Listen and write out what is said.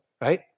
right